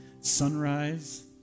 Sunrise